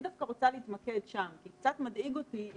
אני דווקא רוצה להתמקד שם כי קצת מדאיג אותי.